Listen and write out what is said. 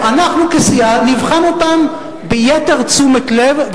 אנחנו כסיעה נבחן אותם ביתר תשומת לב,